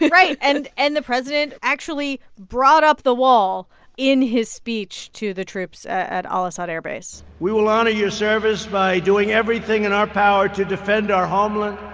right. and and the president actually brought up the wall in his speech to the troops at al-asad air base we will honor your service by doing everything in our power to defend our homeland